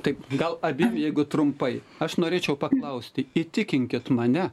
taip gal abiem jeigu trumpai aš norėčiau paklausti įtikinkit mane